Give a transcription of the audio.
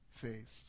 faced